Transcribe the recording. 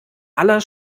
aller